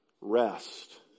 rest